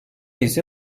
ise